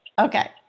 Okay